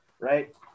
right